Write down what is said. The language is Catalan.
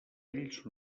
ells